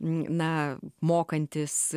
na mokantis